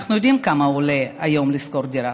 אנחנו יודעים כמה עולה היום לשכור דירה,